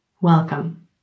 Welcome